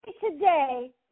today